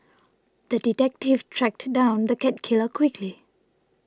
the detective tracked down the cat killer quickly